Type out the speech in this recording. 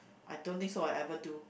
I don't think so I ever do